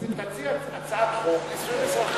תציע הצעת חוק נישואים אזרחיים.